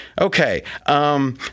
Okay